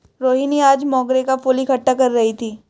रोहिनी आज मोंगरे का फूल इकट्ठा कर रही थी